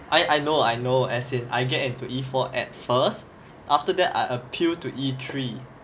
I I know I know as in I get into E four at first after that E appeal to E three